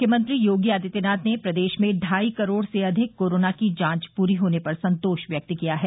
मुख्यमंत्री योगी आदित्यनाथ ने प्रदेश में ढ़ाई करोड़ से अधिक कोरोना की जाचं पूरी होने पर संतोष व्यक्त किया है